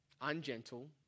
ungentle